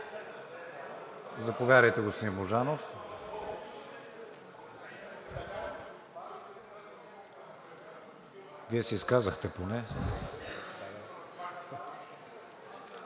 Заповядайте, господин Божанов. Вие се изказахте поне.